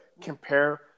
compare –